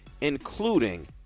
including